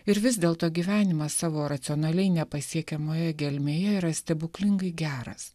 ir vis dėl to gyvenimas savo racionaliai nepasiekiamoje gelmėje yra stebuklingai geras